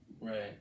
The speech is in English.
right